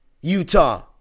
Utah